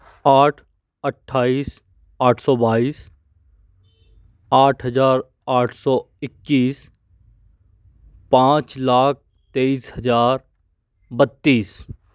आठ अट्ठाईस आठ सौ बाईस आठ हज़ार आठ सौ इक्कीस पाँच लाख तेईस हज़ार बत्तीस